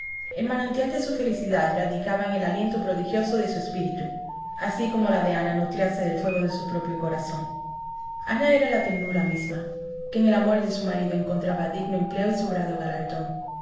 el manantial de su felicidad radicaba en el aliento prodigioso de su espíritu así como la de ana nutríase del fuego de su propio corazón ana era la ternura misma que en el amor de su marido encontraba digno empleo y sobrado galardón